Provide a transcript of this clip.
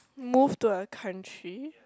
move to a country